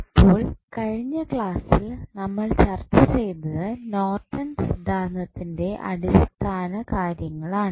അപ്പോൾ കഴിഞ്ഞ ക്ലാസ്സിൽ നമ്മൾ ചർച്ച ചെയ്തത് നോർട്ടൺ സിദ്ധാന്തത്തിന്റെ അടിസ്ഥാന കാര്യങ്ങളാണ്